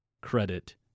credit